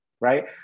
right